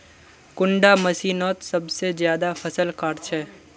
कुंडा मशीनोत सबसे ज्यादा फसल काट छै?